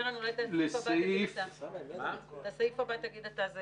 שטרן, את הסעיף הבא תגיד אתה.